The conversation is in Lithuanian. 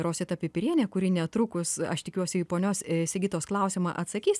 rosita pipirienė kuri netrukus aš tikiuosi į ponios sigitos klausimą atsakys